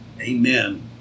Amen